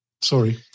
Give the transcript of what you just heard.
sorry